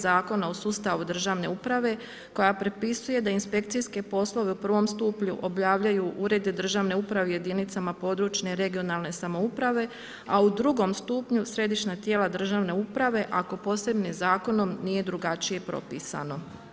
Zakona o sustavu državne uprave koja propisuje da inspekcijske poslove u prvom stupnju obavljaju uredi državne uprave u jedinicama područne i regionalne samouprave, a u drugom stupnju središnja tijela državne uprave ako posebnim zakonom nije drugačije propisano.